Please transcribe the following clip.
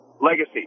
Legacy